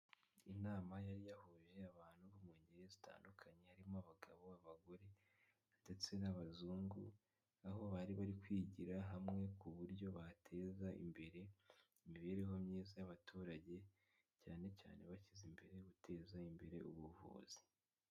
Inama yari yahuje abantu bo mu ngeri zitandukanye harimo abagabo, abagore ndetse n'abazungu aho bari bari kwigira hamwe ku buryo bateza imbere imibereho myiza y'abaturage, cyane cyane bashyize imbere guteza imbere ubuvuzi.